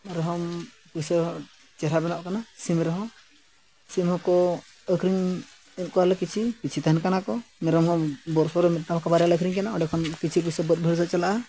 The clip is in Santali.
ᱟᱨᱦᱚᱸ ᱯᱚᱭᱥᱟ ᱪᱮᱦᱨᱟ ᱵᱮᱱᱟᱜ ᱠᱟᱱᱟ ᱥᱤᱢ ᱨᱮᱦᱚᱸ ᱥᱤᱢ ᱦᱚᱸᱠᱚ ᱟᱹᱠᱷᱨᱤᱧ ᱠᱚᱣᱟᱞᱮ ᱠᱤᱪᱷᱩ ᱠᱤᱪᱷᱩ ᱛᱟᱦᱮᱱ ᱠᱟᱱᱟ ᱠᱚ ᱢᱮᱨᱚᱢ ᱦᱚᱸ ᱵᱚᱪᱷᱚᱨ ᱨᱮ ᱢᱤᱫᱴᱟᱝ ᱵᱟᱝᱠᱷᱟᱱ ᱵᱟᱨᱭᱟ ᱞᱮ ᱟᱹᱠᱷᱨᱤᱧ ᱠᱤᱱᱟᱹ ᱚᱸᱰᱮ ᱠᱷᱚᱱ ᱠᱤᱪᱷᱩ ᱯᱚᱭᱥᱟ ᱵᱟᱹᱫ ᱵᱟᱹᱭᱦᱟᱹᱨ ᱨᱮ ᱪᱟᱞᱟᱜᱼᱟ